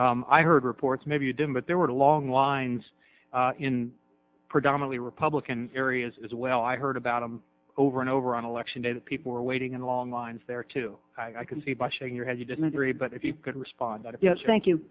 that i heard reports maybe you didn't but there were long lines in predominantly republican areas as well i heard about them over and over on election day that people were waiting in long lines there too i can see by shaking your head you didn't agree but if you could respond yes thank you